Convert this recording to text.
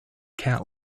cat